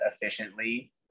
efficiently